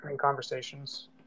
conversations